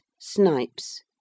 snipes